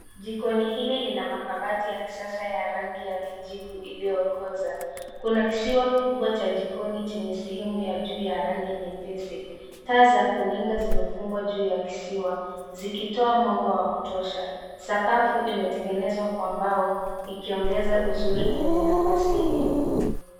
Jikoni hili lina makabati ya kisasa ya rangi ya kijivu iliyo koza. Kuna kisiwa kikubwa cha jikoni chenye sehemu ya juu ya rangi nyepesi, taa za kuninga zimefungwa juu ya kisiwa zikitoa mwanga wa kutosha sakafu imetengenezwa kwa mbao ikiongeza uzuri kwenye nafasi hiyo.